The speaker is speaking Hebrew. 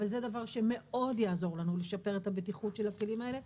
אבל זה דבר שמאוד יעזור לנו לשפר את הבטיחות של הכלים האלה.